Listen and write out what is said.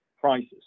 prices